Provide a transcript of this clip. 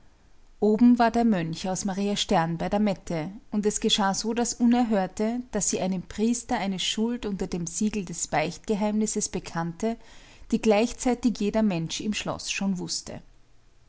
oben war der mönch aus maria stern bei der mette und es geschah so das unerhörte daß sie einem priester eine schuld unter dem siegel des beichtgeheimnisses bekannte die gleichzeitig jeder mensch im schloß schon wußte